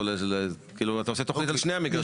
אתה עושה תוכנית על שני המגרשים.